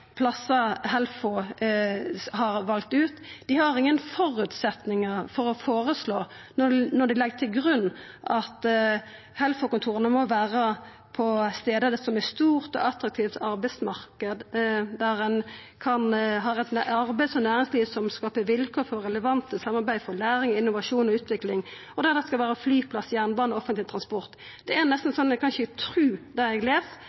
plassar Helfo har valt ut. Dei har ingen føresetnader for å føreslå når dei legg til grunn at Helfo-kontora må vera på stader som har eit «stort og attraktivt arbeidsmarked», der ein har eit arbeids- og næringsliv som «skaper vilkår for relevante samarbeid for læring, innovasjon og utvikling», og der det skal vera flyplass, jernbane og offentleg transport. Det er nesten så eg ikkje kan tru det eg les,